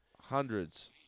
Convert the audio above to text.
hundreds